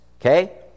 okay